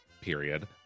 period